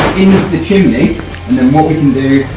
the chimney and then what we can do,